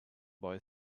boy